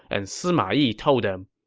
and sima yi told them,